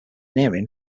engineering